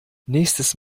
nächstes